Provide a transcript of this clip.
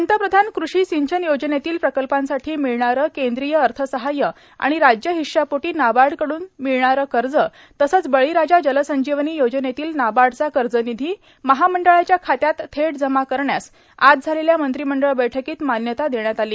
पंतप्रधान कृषी सिंचन योजनेतील प्रकल्पांसाठी मिळणारे केंद्रीय अर्थसहाय्य आणि राज्य हिश्शापोटी नाबार्डकड्न मिळणारे कर्ज तसेच बळीराजा जलसंजीवनी योजनेतील नाबार्डचा कर्जनिधी महामंडळाच्या खात्यात थेट जमा करण्यास आज झालेल्या मंत्रिमंडळ बैठकीत मान्यता देण्यात आली